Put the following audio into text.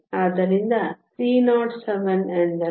ಆದ್ದರಿಂದ 307 ಎಂದರೆ 34